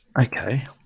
Okay